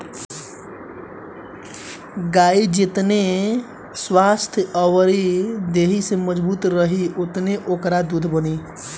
गाई जेतना स्वस्थ्य अउरी देहि से मजबूत रही ओतने ओकरा दूध बनी